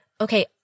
okay